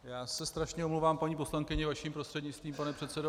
Já se strašně omlouvám paní poslankyni vaším prostřednictvím, pane předsedo.